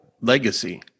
Legacy